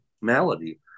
malady